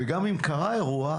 וגם אם קרה אירוע,